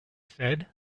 said